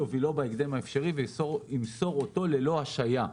יובלו בהקדם האפשרי וימסור אותו ללא השהיה".